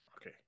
Okay